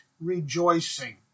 rejoicing